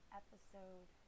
episode